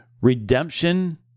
redemption